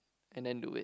and then do it